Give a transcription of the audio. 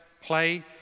play